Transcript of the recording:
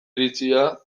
iritzia